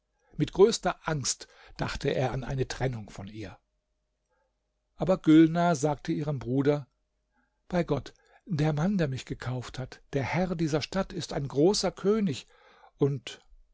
mit größter angst dachte er an eine trennung von ihr aber gülnar sagte ihrem bruder bei gott der mann der mich gekauft hat der herr dieser stadt ist ein großer könig auch